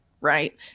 right